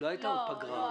לא הייתה עוד פגרה.